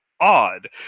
odd